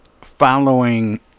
following